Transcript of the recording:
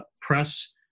press